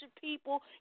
people